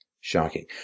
shocking